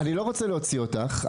גברתי, אני לא רוצה להוציא אותך.